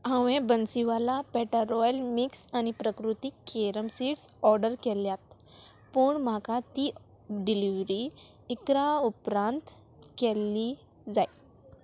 हांवें बन्सिवाला पेटा royal mix आनी प्रकृतीक केरम सीड्स ऑर्डर केल्यात पूण म्हाका ती डिलिव्हरी इकरा उपरांत केल्ली जाय